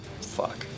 Fuck